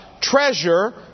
treasure